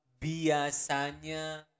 biasanya